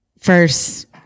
first